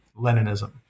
Leninism